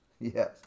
yes